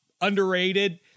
underrated